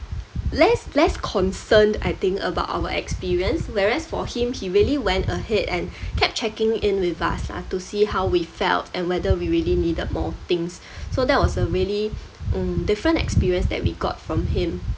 less less concerned I think about our experience whereas for him he really went ahead and kept checking in with us ah to see how we felt and whether we really needed more things so that was a really mm different experience that we got from him